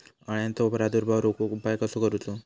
अळ्यांचो प्रादुर्भाव रोखुक उपाय कसो करूचो?